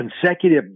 consecutive